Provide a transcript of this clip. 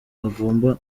agomba